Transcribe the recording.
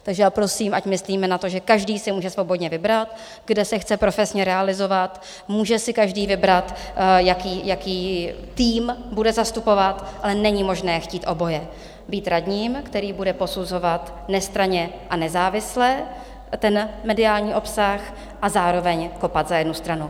Takže já prosím, ať myslíme na to, že každý si může svobodně vybrat, kde se chce profesně realizovat, může si každý vybrat, jaký tým bude zastupovat, ale není možné chtít oboje, být radním, který bude posuzovat nestranně a nezávisle mediální obsah, a zároveň kopat za jednu stranu.